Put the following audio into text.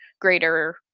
greater